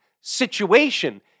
situation